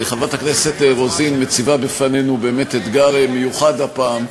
חברת הכנסת רוזין מציבה בפנינו באמת אתגר מיוחד הפעם,